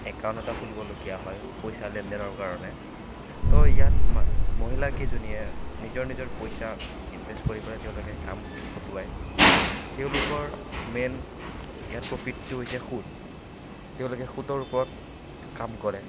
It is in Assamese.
একাউণ্ট এটা খুলিবলগীয়া হয় পইচাৰ লেনদেনৰ কাৰণে ত' ইয়াত মা মহিলা কেইজনীয়ে নিজৰ নিজৰ পইচা ইনভেচ কৰি পেলাই তেওঁলোকে কাম খটুৱাই তেওঁলোকৰ মেইন ইয়াত প্ৰফিটটো হৈছে সুত তেওঁলোকে সুতৰ ওপৰত কাম কৰে